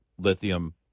lithium